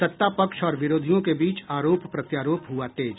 सत्ता पक्ष और विरोधियों के बीच आरोप प्रत्यारोप हुआ तेज